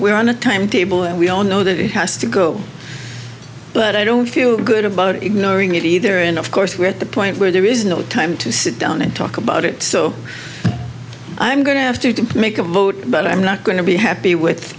we're on a timetable and we all know that it has to go but i don't feel good about ignoring it either and of course we're at the point where there is no time to sit down and talk about it so i'm going to have to make a vote but i'm not going to be happy with